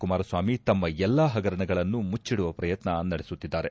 ಕುಮಾರಸ್ವಾಮಿ ತಮ್ಮ ಎಲ್ಲಾ ಪಗರಣಗಳನ್ನು ಮುಚ್ವಿಡುವ ಪ್ರಯತ್ನ ನಡೆಸುತ್ತಿದ್ದಾರೆ